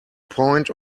point